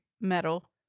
Metal